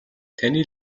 таны